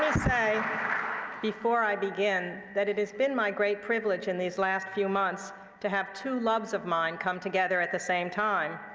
say before i begin that it has been my great privilege in these last few months to have two loves of mine come together at the same time.